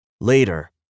Later